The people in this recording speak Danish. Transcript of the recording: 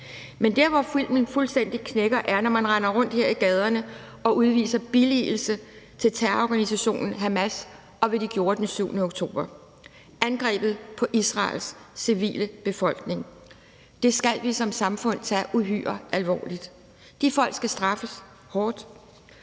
men der, hvor filmen fuldstændig knækker, er, når man render rundt her i gaderne og udviser billigelse af terrororganisationen Hamas og af, hvad den gjorde den 7. oktober: foretog angrebet på Israels civilbefolkning. Det skal vi som samfund tage uhyre alvorligt. De folk skal straffes hårdt,